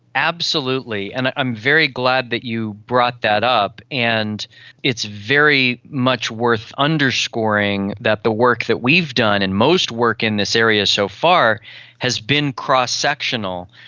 absolutely, and i'm very glad that you brought that up. and it's very much worth underscoring that the work that we've done and most work in this area so far has been cross sectional,